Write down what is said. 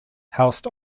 housed